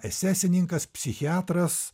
esesininkas psichiatras